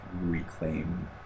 reclaim